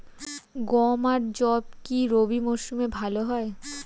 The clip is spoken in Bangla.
গম আর যব কি রবি মরশুমে ভালো হয়?